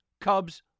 Cubs